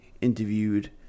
interviewed